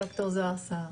ד"ר זהר סהר.